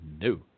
No